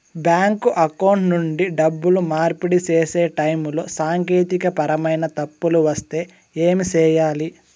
bank account నుండి డబ్బులు మార్పిడి సేసే టైములో సాంకేతికపరమైన తప్పులు వస్తే ఏమి సేయాలి